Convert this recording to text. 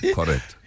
Correct